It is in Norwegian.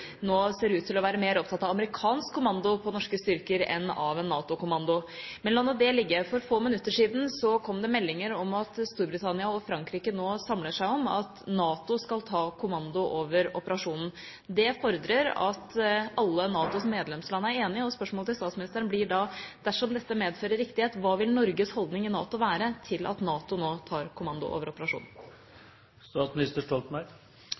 nå ser ut til å være mer opptatt av amerikansk kommando over norske styrker enn av en NATO-kommando – men la nå det ligge. For få minutter siden kom det meldinger om at Storbritannia og Frankrike nå samler seg om at NATO skal ta kommando over operasjonen. Det fordrer at alle NATOs medlemsland er enige. Spørsmålet til statsministeren blir da, dersom dette medfører riktighet: Hva vil Norges holdning i NATO være til at NATO nå tar kommando over operasjonen?